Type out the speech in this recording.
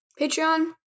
Patreon